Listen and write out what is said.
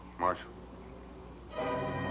Marshal